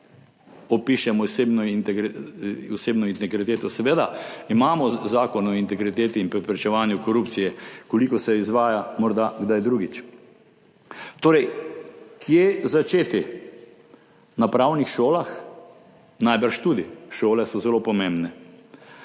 opišemo osebno integriteto? Seveda! Imamo Zakon o integriteti in preprečevanju korupcije. Koliko se izvaja, morda kdaj drugič. Kje torej začeti? Na pravnih šolah? Najbrž tudi. Šole so zelo pomembne.